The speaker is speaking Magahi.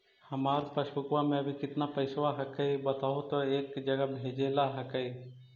हमार पासबुकवा में अभी कितना पैसावा हक्काई बताहु तो एक जगह भेजेला हक्कई?